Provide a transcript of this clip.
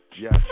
Yes